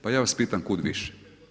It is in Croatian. Pa ja vas pitam kud više?